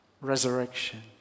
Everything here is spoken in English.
resurrection